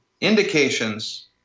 indications